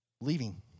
leaving